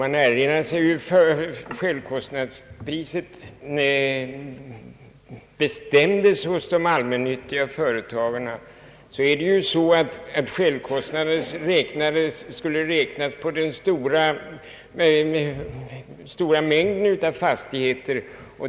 Enligt bestämmelserna kan inom de allmännyttiga företagen självkostnaden räknas på den stora mängden av fastigheter.